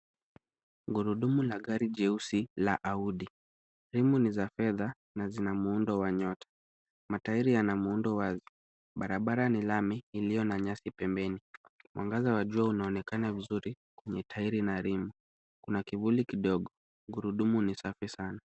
Gurudumu la gari jeusi la Audi. Rim ni za fedha na zina muundo wa nyota. Matairi yana muundo wazi. Barabara ni lami iliyo na nyasi pembeni. Mwangaza wa jua unaonekana vizuri kwenye tairi na rimu . Kuna kivuli kidogo. Gurudumu ni safi sana.